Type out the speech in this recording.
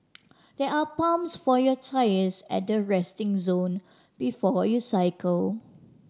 there are pumps for your tyres at the resting zone before you cycle